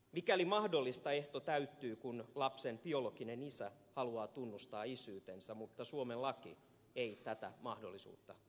mikäli mahdollista ehto täyttyy kun lapsen biologinen isä haluaa tunnustaa isyytensä mutta suomen laki ei tätä mahdollisuutta tunne